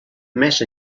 més